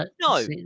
no